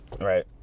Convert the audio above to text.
Right